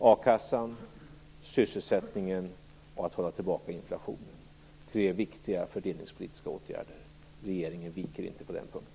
A-kassan, sysselsättningen och att hålla tillbaka inflationen är tre viktiga fördelningspolitiska åtgärder. Regeringen viker inte på den punkten.